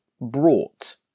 brought